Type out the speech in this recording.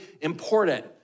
important